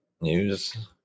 news